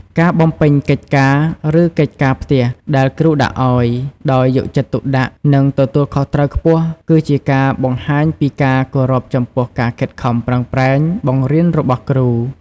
ការ បំពេញកិច្ចការ ឬកិច្ចការផ្ទះដែលគ្រូដាក់ឱ្យ ដោយយកចិត្តទុកដាក់ និងទទួលខុសត្រូវខ្ពស់ គឺជាការបង្ហាញពីការគោរពចំពោះការខិតខំប្រឹងប្រែងបង្រៀនរបស់គ្រូ។